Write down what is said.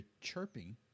chirping